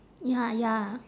ya ya